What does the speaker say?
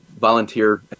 volunteer